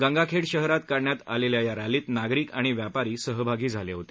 गंगाखेड शहरात काढण्यात आलेल्या या रॅलीत नागरिक आणि व्यापारी सहभागी झाले होते